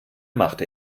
machte